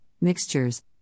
mixtures